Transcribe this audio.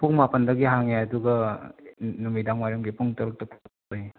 ꯄꯨꯡ ꯃꯥꯄꯟꯗꯒꯤ ꯍꯥꯡꯉꯦ ꯑꯗꯨꯒ ꯅꯨꯃꯤꯗꯥꯡ ꯋꯥꯏꯔꯝꯒꯤ ꯄꯨꯡ ꯇꯔꯨꯛꯇ